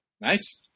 Nice